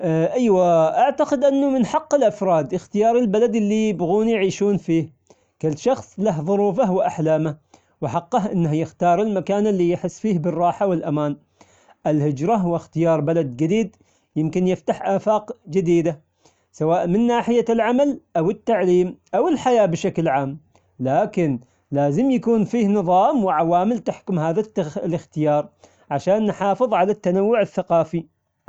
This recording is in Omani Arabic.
أي- أيوه أعتقد أنه من حق الأفراد إختيار البلد اللي يبغون يعيشون فيه، كل شخص له ظروفه وأحلامه وحقه إنه يختار المكان اللي يحس فيه بالراحة والأمان، الهجرة هو إختيار بلد جديد يمكن يفتح أفاق جديدة، سواء من ناحية العمل أو التعليم أو الحياة بشكل عام، لكن لازم يكون فيه نظام وعوامل تحكم هذا الإخ- الإختيار، عشان نحافظ على التنوع الثقافي.